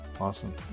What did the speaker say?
Awesome